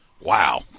Wow